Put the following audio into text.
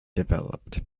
developed